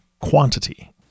quantity